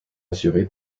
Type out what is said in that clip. assurés